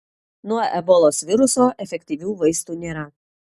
nuo ebolos viruso efektyvių vaistų nėra